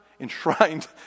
enshrined